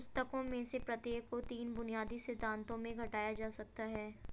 पुस्तकों में से प्रत्येक को तीन बुनियादी सिद्धांतों में घटाया जा सकता है